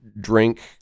drink